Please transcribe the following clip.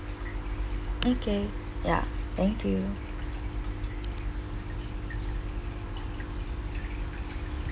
okay ya thank you